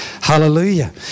Hallelujah